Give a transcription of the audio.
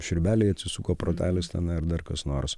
šriūbeliai atsisuko protelis ten ar dar kas nors